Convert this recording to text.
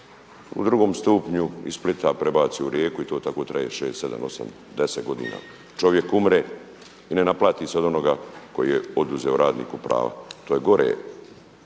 u drugom stupnju iz Splita prebaci u Rijeku i to tako traje 6,7,8,10 godina. Čovjek umre i ne naplati se od onoga koji je oduzeo radniku prava. To je gore